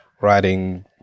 writing